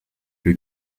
who